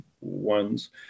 ones